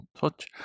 Touch